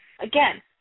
again